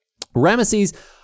Ramesses